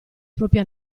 proprie